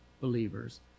believers